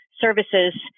services